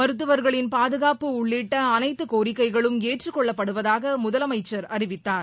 மருத்துவர்களின் பாதுகாப்பு உள்ளிட்ட அனைத்து கோரிக்கைகளும் ஏற்றுக் கொள்ளப்படுவதாக முதலமைச்சர் அறிவித்தார்